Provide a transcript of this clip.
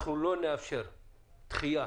אנחנו לא נאפשר דחייה